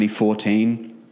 2014